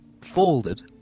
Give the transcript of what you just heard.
folded